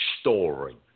story